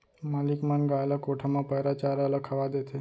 मालिक मन गाय ल कोठा म पैरा चारा ल खवा देथे